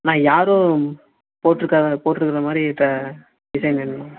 அண்ணா யாரும் போட்ருக்காதபோட்ருக்கிற மாதிரி த டிசைன் வேணுண்ணா